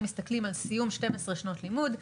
אם מסתכלים על סיום 12 שנות לימוד,